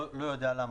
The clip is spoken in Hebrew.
לא יודע למה.